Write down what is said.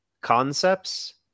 concepts